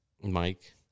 Mike